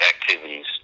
activities